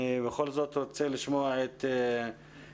אני בכל זאת רוצה לשמוע את יעל